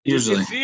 Usually